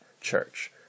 Church